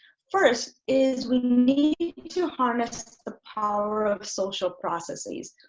first is we need to harness the power of social processes.